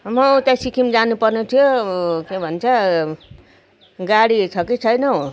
म उता सिक्किम जानु पर्ने थियो के भन्छ गाडी छ कि छैन हौ